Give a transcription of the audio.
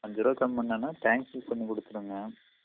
அஞ்சு ரூபா கம்மி பண்ணேன்னால் டேங்க் ஃபில் பண்ணி கொடுத்துடுங்க